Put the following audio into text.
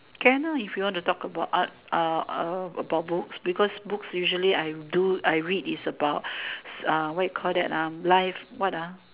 can ah if you want to talk about uh uh uh about books because books usually I do I read is about s~ what you call that ah life what ah